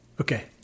Okay